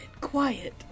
quiet